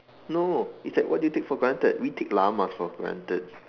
no it's like what do you take for granted we take llamas for granted